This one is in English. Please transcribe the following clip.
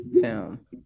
film